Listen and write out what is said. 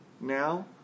now